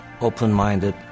open-minded